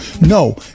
No